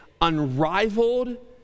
unrivaled